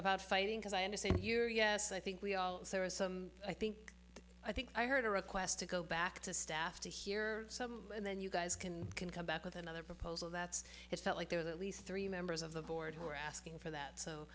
about fighting as i understand you yes i think there are some i think i think i heard a request to go back to staff to hear some and then you guys can can come back with another proposal that's it felt like there are at least three members of the board who are asking for that so